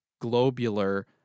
globular